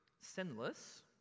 sinless